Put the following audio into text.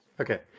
Okay